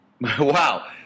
Wow